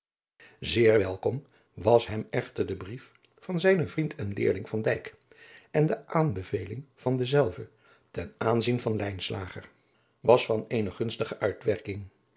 zeer welkom was hem echter de brief van zijnen vriend en leerling van dijk en de aanbeveling van denzelven ten aanzien van lijnslager was van eene gunstige uitwerking